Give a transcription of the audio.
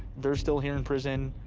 they're still here in prison,